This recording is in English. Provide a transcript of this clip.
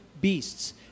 beasts